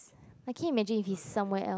I can imagine if he's somewhere else